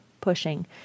pushing